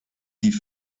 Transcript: die